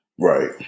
Right